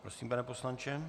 Prosím, pane poslanče.